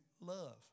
love